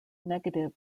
negative